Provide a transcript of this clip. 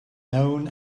known